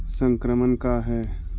संक्रमण का है?